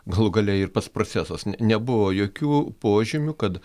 galų gale ir pats procesas nebuvo jokių požymių kad